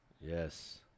Yes